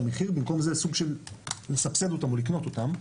המחיר ובמקום זה סוג של לסבסד אותן או לקנות אותן.